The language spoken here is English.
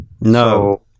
No